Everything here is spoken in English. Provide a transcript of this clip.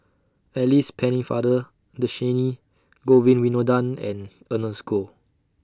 Alice Pennefather Dhershini Govin Winodan and Ernest Goh